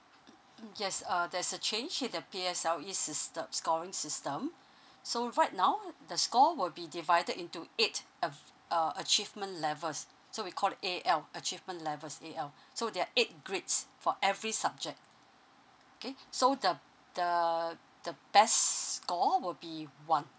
mm mm yes uh there's a change in the P_S_L_E syste~ scoring system so right now the score will be divided into eight of uh achievement levels so we call it A_L achievement levels A_L so there're eight grades for every subject okay so the the the best score will be one